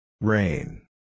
Rain